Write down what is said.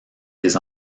des